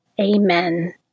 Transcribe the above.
Amen